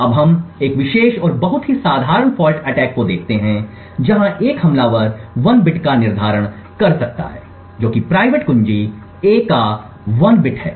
अब हम एक विशेष और बहुत ही साधारण फॉल्ट अटैक को देखते हैं जहाँ एक हमलावर 1 बिट का निर्धारण कर सकता है जो कि प्राइवेट कुंजी a का 1 बिट है